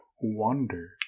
Wonder